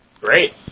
Great